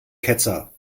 ketzer